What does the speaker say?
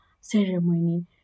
ceremony